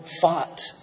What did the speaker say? fought